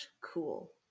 cool